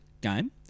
game